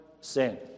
sin